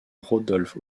rodolphe